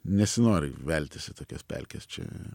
nesinori veltis į tokias pelkes čia